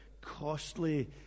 costly